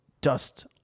dust